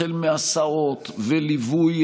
החל מהסעות וליווי,